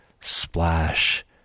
splash